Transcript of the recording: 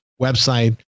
website